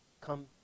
Come